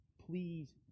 please